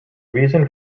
reason